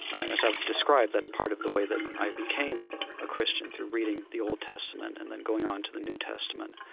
and as i've described, that's part of the way that i became a christian, through reading the old testament and then going on to the new testament.